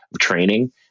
training